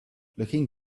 looking